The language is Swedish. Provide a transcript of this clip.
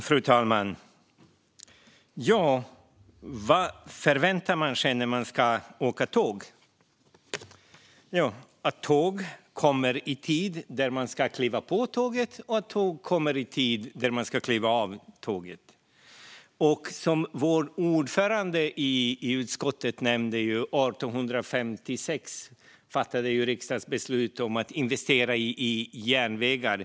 Fru talman! Vad förväntar man sig när man ska åka tåg? Jo, att tåget kommer i tid där man ska kliva på och att det kommer fram i tid där man ska kliva av. Som vår ordförande i utskottet nämnde fattade riksdagen 1856 beslut om att investera i järnvägar.